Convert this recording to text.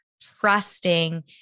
trusting